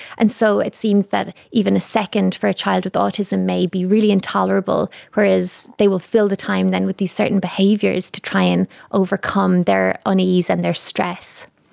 and so it seems that even a second for a child with autism may be really intolerable, whereas they will fill the time then with these certain behaviours to try and overcome their unease and their stress.